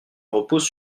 repose